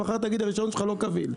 ומחר תגיד "הרישיון שלך לא קביל,